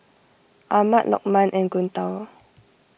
Ahmad Lokman and Guntur